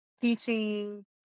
teaching